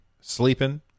sleeping